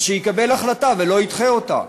אז שיקבל החלטה ולא ידחה אותה.